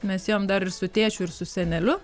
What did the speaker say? mes ėjom dar ir su tėčiu ir su seneliu